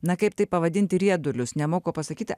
na kaip tai pavadinti riedulius nemoku pasakyti